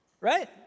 Right